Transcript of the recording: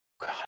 God